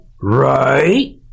right